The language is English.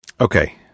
okay